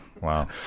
wow